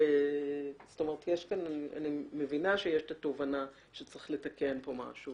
את מבינה שיש כאן תובנה שצריך לתקן פה משהו